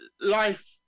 life